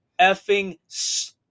effing